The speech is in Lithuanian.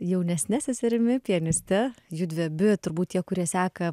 jaunesne seserimi pianiste judvi abi turbūt tie kurie seka